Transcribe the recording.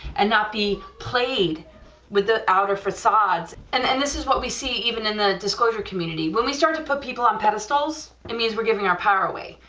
and not be played with the outer facades, and and this is what we see even in the disclosure community, when we start to put people on pedestals, it means we're giving our power away,